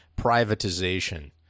privatization